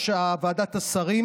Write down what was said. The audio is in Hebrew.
הכנסת חיים